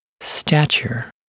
Stature